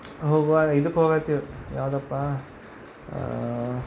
ಹೋಗುವಾಗ ಇದಕ್ಕೆ ಹೋಗಿ ಹತ್ತಿದ್ದು ಯಾವುದಪ್ಪಾ